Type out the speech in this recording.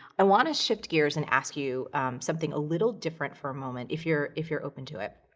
i wanna shift gears and ask you something a little different for a moment if you're, if you're open to it.